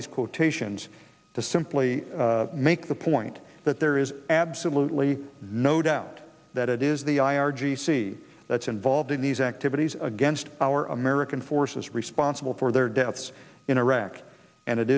these quotations to simply make the point that there is absolutely no doubt that it is the i r g c that's involved in these activities against our american forces responsible for their deaths in iraq and it